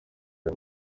aya